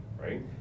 right